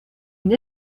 une